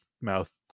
mouth